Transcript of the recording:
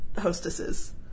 hostesses